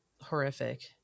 horrific